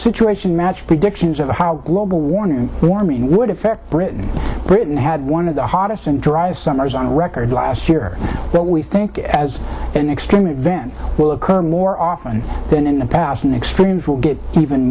situation match predictions of how global warming warming would affect britain britain had one of the hottest and dr summers on record last year but we think as an extreme event will occur more often than in the past an experience will get even